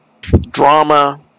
drama